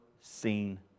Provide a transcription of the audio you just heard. seen